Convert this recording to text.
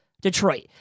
Detroit